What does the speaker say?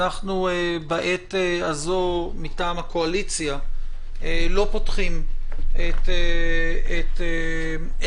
אנחנו בעת הזאת מטעם הקואליציה לא פותחים את החוק,